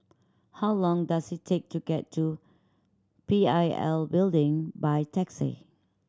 how long does it take to get to P I L Building by taxi